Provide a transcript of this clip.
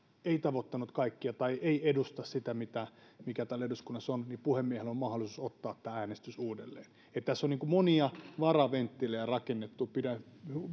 ei tavoittanut kaikkia tai ei edusta sitä mikä täällä eduskunnassa on niin puhemiehellä on mahdollisuus ottaa äänestys uudelleen eli tässä on monia varaventtiilejä rakennettu pidän